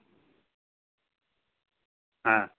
ᱦᱮᱸ